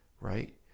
right